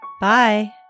Bye